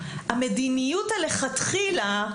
המדיניות מלכתחילה ,